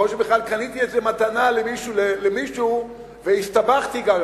יכול להיות שבכלל קניתי את זה מתנה למישהו והסתבכתי גם,